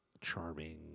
charming